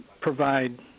provide